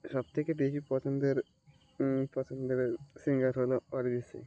সবথেকে বেশি পছন্দের পছন্দের সিঙ্গার হলো অরিজিৎ সিং